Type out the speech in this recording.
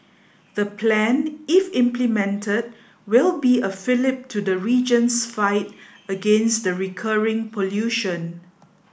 the plan if implemented will be a fillip to the region's fight against the recurring pollution